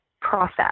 process